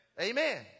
Amen